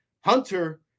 Hunter